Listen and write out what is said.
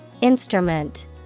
Instrument